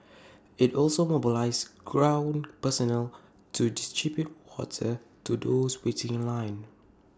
IT also mobilised ground personnel to distribute water to those waiting in line